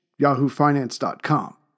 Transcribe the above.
yahoofinance.com